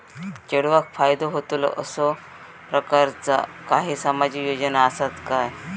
चेडवाक फायदो होतलो असो प्रकारचा काही सामाजिक योजना असात काय?